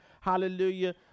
hallelujah